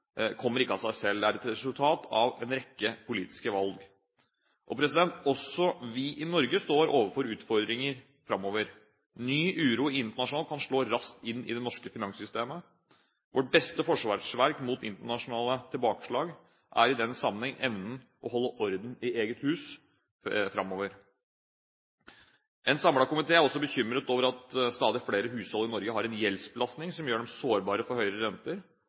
kommer ikke av seg selv, den er et resultat av en rekke politiske valg. Også vi i Norge står overfor utfordringer framover. Ny uro internasjonalt kan slå raskt inn i det norske finanssystemet. Vårt beste forsvarsverk mot internasjonale tilbakeslag er i den sammenheng evnen til å holde orden i eget hus framover. En samlet komité er også bekymret over at stadig flere hushold i Norge har en gjeldsbelastning som gjør dem sårbare for høyere renter,